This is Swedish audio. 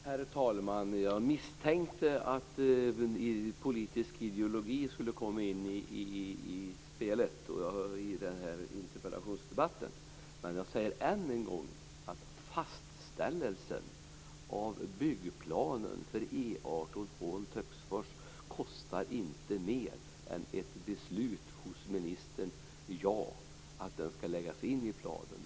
Herr talman! Jag misstänkte att även politisk ideologi skulle komma in i spelet. Men jag säger än en gång: Fastställelse av byggplanen för E 18 mellan Hån-Töcksfors kostar inte mer än ett beslut av ministern att vägsträckan skall läggas in i planen.